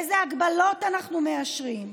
אילו הגבלות אנחנו מאשרים.